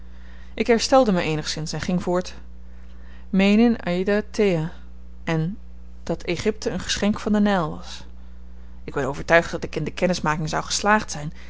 ik herstelde my eenigszins en ging voort meenin aeide thea en dat egypte een geschenk van den nyl was ik ben overtuigd dat ik in de kennismaking zou geslaagd zyn